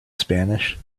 spanish